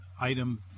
item